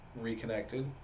reconnected